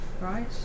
right